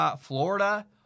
Florida